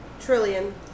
trillion